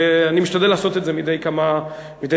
אני משתדל לעשות את זה מדי כמה חודשים,